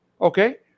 okay